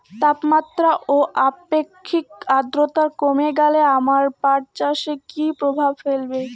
তাপমাত্রা ও আপেক্ষিক আদ্রর্তা কমে গেলে আমার পাট চাষে কী প্রভাব ফেলবে?